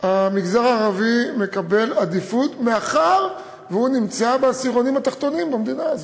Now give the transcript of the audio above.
המגזר הערבי מקבל עדיפות מאחר שהוא נמצא בעשירונים התחתונים במדינה.